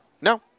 No